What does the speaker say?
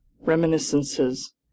Reminiscences